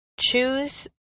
choose